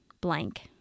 blank